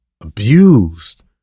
abused